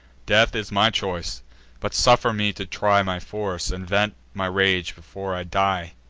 death is my choice but suffer me to try my force, and vent my rage before i die.